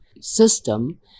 system